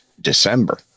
December